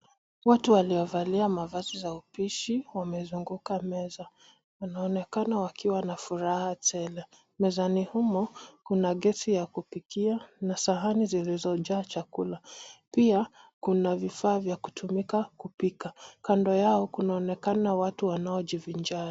Watu waliovalia mavazi za upishi wamezunguka meza, wanaonekan wakiwa na furaha tele, mezani humo kuna gesi ya kupikia na sahani zilizojaa chakula, pia kuna vifaa vya kutumika kupika, kando yao kunapnekana watu wanao jivinjari.